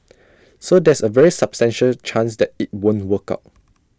so there's A very substantial chance that IT won't work out